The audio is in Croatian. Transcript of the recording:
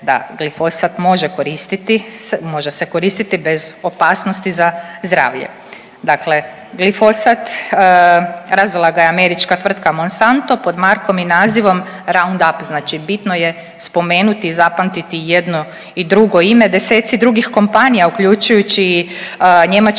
koristiti, može se koristiti bez opasnosti za zdravlje. Dakle, glifosat, razvila ga je američka tvrtka Monsanto pod markom i nazivom Roundup, znači bitno je spomenuti i zapamtiti jedno i drugo ime. Deseci drugih kompanija uključujući i njemački